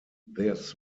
this